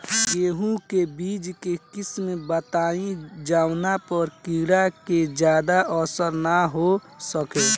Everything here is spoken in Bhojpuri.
गेहूं के बीज के किस्म बताई जवना पर कीड़ा के ज्यादा असर न हो सके?